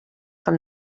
from